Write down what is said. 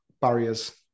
barriers